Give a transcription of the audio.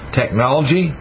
technology